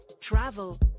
travel